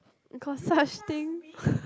got such thing